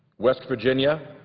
west virginia,